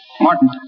Martin